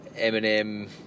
Eminem